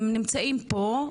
הם נמצאים פה,